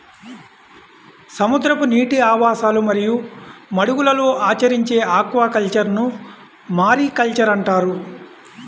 సముద్రపు నీటి ఆవాసాలు మరియు మడుగులలో ఆచరించే ఆక్వాకల్చర్ను మారికల్చర్ అంటారు